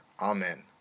Amen